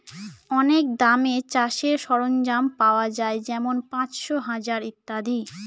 অনেক দামে চাষের সরঞ্জাম পাওয়া যাই যেমন পাঁচশো, হাজার ইত্যাদি